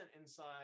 inside